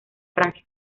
francia